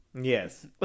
Yes